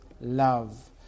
love